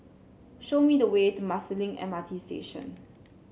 show me the way to Marsiling M R T Station